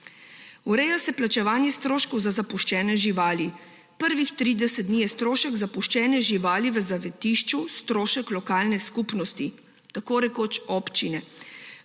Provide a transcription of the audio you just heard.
Ureja se plačevanje stroškov za zapuščene živali. Prvih 30 dni je strošek zapuščene živali v zavetišču strošek lokalne skupnosti, tako rekoč občine.